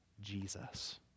Jesus